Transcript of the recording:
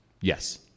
Yes